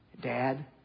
Dad